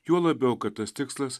juo labiau kad tas tikslas